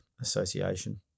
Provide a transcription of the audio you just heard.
association